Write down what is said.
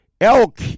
Elk